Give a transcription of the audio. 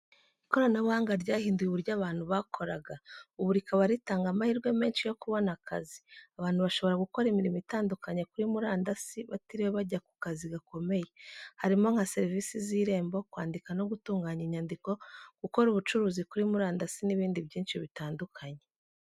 Ikoranabuhanga ryahinduye uburyo abantu bakoraga, ubu rikaba ritanga amahirwe menshi yo kubona akazi. Abantu bashobora gukora imirimo itandukanye kuri murandasi, batiriwe bajya ku kazi gakomeye. Harimo nka serivisi z’Irembo, kwandika no gutunganya inyandiko, gukora ubucuruzi kuri murandasi n’ibindi byinshi bitandukanye.